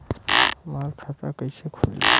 हमार खाता कईसे खुली?